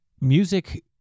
music